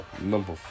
Number